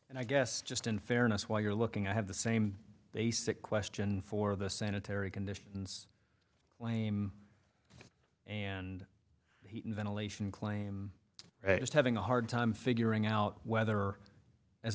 and i guess just in fairness while you're looking i have the same basic question for the sanitary conditions claim and heating ventilation claim just having a hard time figuring out whether as a